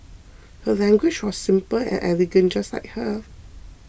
her language was simple and elegant just like her